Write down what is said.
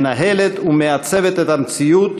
מנהלת ומעצבת את המציאות,